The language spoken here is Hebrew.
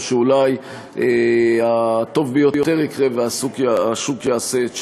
או אולי הטוב ביותר יקרה והשוק יעשה את שלו.